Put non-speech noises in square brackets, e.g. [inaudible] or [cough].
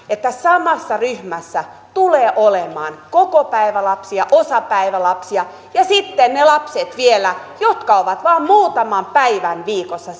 [unintelligible] että samassa ryhmässä tulee olemaan kokopäivälapsia osapäivälapsia ja sitten vielä niitä lapsia jotka ovat vain muutaman päivän viikossa [unintelligible]